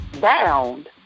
bound